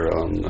on